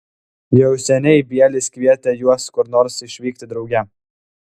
jau seniai bielis kvietė juos kur nors išvykti drauge